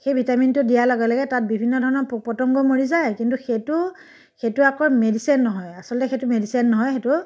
সেই ভিটামিনটো দিয়া লগে লগে তাত বিভিন্ন ধৰণৰ পোক পতংগ মৰি যায় কিন্তু সেইটো সেইটোৱে আকৌ মেডিচাইন নহয় আচলতে সেইটো মেডিচাইন নহয় সেইটো